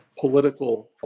political